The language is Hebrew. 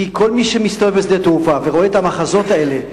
כי כל מי שמסתובב בשדה התעופה ורואה את המחזות האלה,